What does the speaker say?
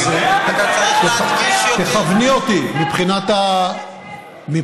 אז תכווני אותי, מבחינת הדגשים.